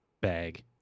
bag